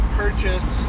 purchase